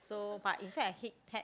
so but in fact I hate pet